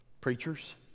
Preachers